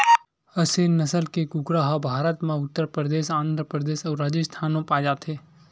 असेल नसल के कुकरा ह भारत म उत्तर परदेस, आंध्र परदेस अउ राजिस्थान म पाए जाथे